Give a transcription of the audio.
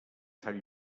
sant